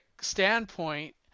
standpoint